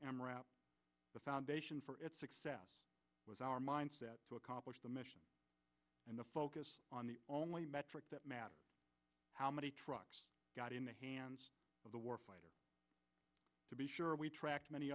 amroth the foundation for its success was our mindset to accomplish the mission and the focus on the only metric that matter how many trucks got in the hands of the war fighter to be sure we tracked many